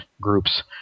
groups